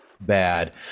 bad